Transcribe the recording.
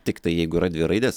tiktai jeigu yra dvi raidės